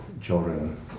children